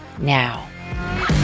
now